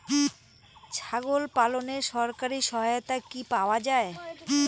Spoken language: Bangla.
ছাগল পালনে সরকারি সহায়তা কি পাওয়া যায়?